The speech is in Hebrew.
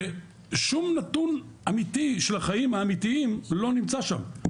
ושום נתון אמיתי של החיים האמיתיים לא נמצא שם.